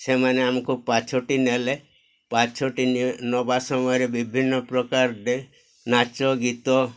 ସେମାନେ ଆମକୁ ପାଛୋଟି ନେଲେ ପାଛୋଟି ନବା ସମୟରେ ବିଭିନ୍ନ ପ୍ରକାର ରେ ନାଚ ଗୀତ